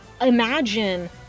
imagine